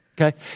Okay